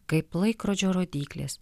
kaip laikrodžio rodyklės